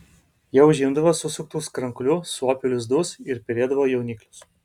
jie užimdavo susuktus kranklių suopių lizdus ir perėdavo jauniklius